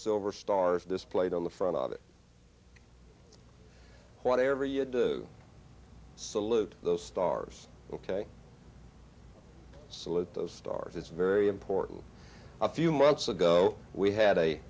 silver stars displayed on the front of it whatever you do salute those stars ok salute those stars it's very important a few months ago we